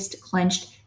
clenched